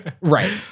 Right